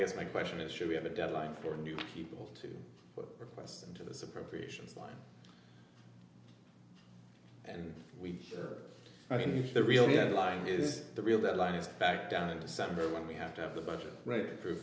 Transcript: guess my question is should we have a deadline for new people to request into this appropriations line and we can use the real line is the real deadline is back down in december when we have to have the budget right through